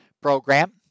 program